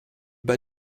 bei